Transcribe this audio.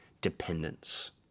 dependence